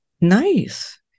Nice